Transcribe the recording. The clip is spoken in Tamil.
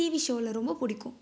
டிவி ஷோவில் ரொம்ப பிடிக்கும்